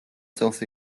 წელს